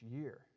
year